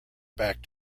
back